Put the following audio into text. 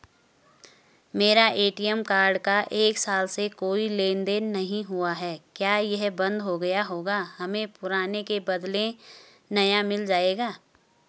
मेरा ATM card का एक साल से कोई लेन देन नहीं हुआ है क्या यह बन्द हो गया होगा हमें पुराने के बदलें नया मिल जाएगा?